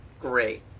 great